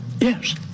Yes